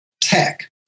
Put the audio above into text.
tech